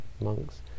monks